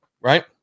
Right